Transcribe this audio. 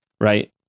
right